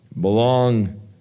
belong